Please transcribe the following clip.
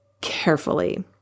carefully